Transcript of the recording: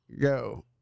go